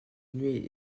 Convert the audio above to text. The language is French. nuit